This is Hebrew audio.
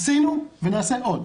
עשינו ונעשה עוד.